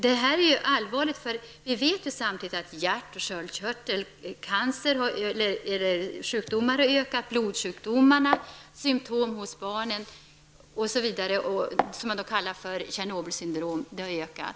Det är allvarligt, för vi vet samtidigt att hjärt-, sköldkörtel och blodsjukdomar har ökat. Symptomen hos barnen, som man kallar för Tjernobylsyndrom, har ökat.